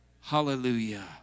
Hallelujah